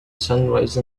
sunrise